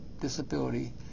disability